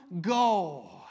go